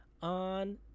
on